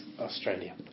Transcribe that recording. Australia